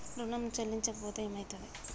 ఋణం చెల్లించకపోతే ఏమయితది?